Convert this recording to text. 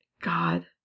God